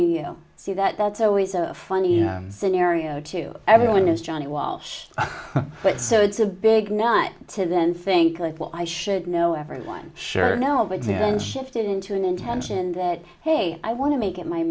you see that that's always a funny scenario to everyone is johnny welsh so it's a big not to then think like well i should know everyone sure no but then shifted into an intention that hey i want to make it my